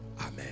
amen